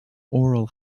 oral